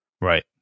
Right